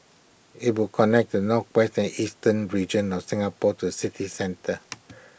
IT will connect the northwestern and eastern regions of Singapore to the city centre